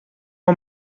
uma